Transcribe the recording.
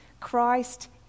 Christ